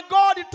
God